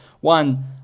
One